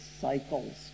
cycles